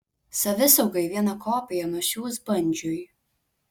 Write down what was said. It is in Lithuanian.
savisaugai vieną kopiją nusiųs bandžiui